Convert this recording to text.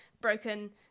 broken